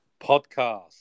podcast